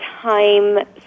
time